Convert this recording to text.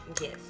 yes